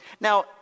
Now